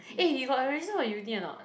eh you got register for uni or not